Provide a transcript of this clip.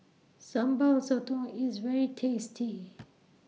Sambal Sotong IS very tasty